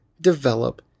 develop